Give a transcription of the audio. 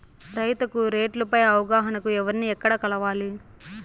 రైతుకు రేట్లు పై అవగాహనకు ఎవర్ని ఎక్కడ కలవాలి?